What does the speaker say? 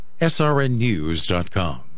srnnews.com